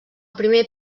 primer